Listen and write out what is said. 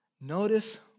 Notice